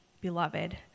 beloved